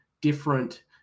different